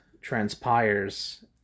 transpires